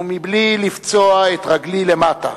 / ובלי לפצוע את רגלי למטה".